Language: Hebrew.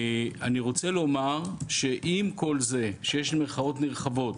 אני רוצה לומר שעם כל זה שיש מחאות נרחבות,